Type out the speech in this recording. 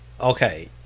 okay